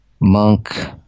Monk